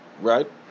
Right